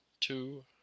two